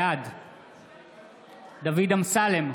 בעד דוד אמסלם,